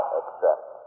accept